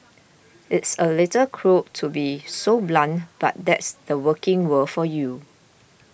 it's a little cruel to be so blunt but that's the working world for you